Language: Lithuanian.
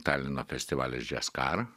talino festivalis džias kar